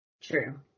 True